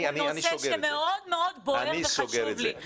זה נושא שמאוד מאוד בוער וחשוב לי,